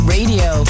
Radio